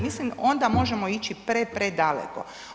Mislim onda možemo ići pre, pre daleko.